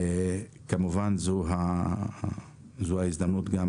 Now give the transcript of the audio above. כמובן, זו ההזדמנות גם